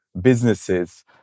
businesses